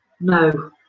No